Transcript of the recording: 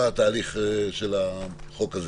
התהליך של החוק הזה.